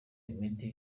imiti